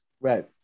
Right